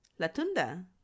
Latunda